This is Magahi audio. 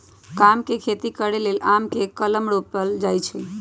आम के खेती करे लेल आम के कलम रोपल जाइ छइ